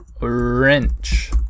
wrench